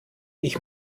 ich